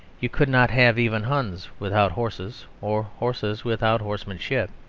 you could not have even huns without horses or horses without horsemanship.